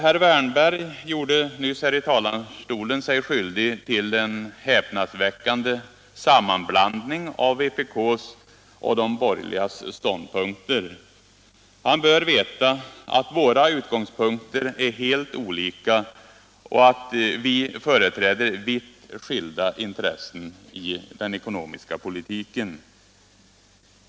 Herr Wärnberg gjorde sig nyss i talarstolen skyldig till en häpnadsväckande sammanblandning av vpk:s och de borgerligas ståndpunkter. Han bör veta att våra utgångspunkter är helt olika och att vi företräder vitt skilda intressen i den ekonomiska politiken.